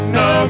no